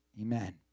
Amen